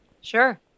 Sure